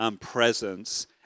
presence